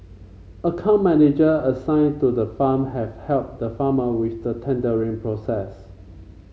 account manager assigned to the farm have helped the farmer with the tendering process